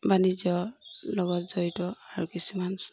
বাণিজ্যৰ লগত জড়িত আৰু কিছুমান